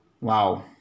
Wow